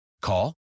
Call